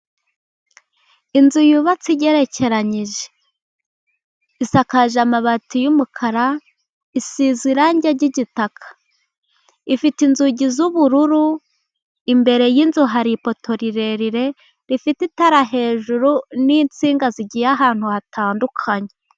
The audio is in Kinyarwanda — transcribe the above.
Inzu yubatse igerekeranyije, isakaje amabati y'umukara, isize irangi ry'gitaka, ifite inzugi z'ubururu, imbere y'inzu hari ipoto rirerire, rifite itara hejuru n'insinga zigiye ahantu hatandukanye.